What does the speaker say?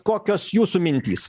kokios jūsų mintys